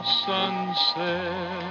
sunset